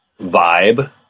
vibe